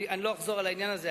אני לא אחזור על העניין הזה,